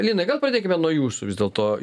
linai gal pradėkime nuo jūsų vis dėlto